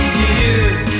years